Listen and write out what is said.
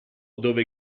dove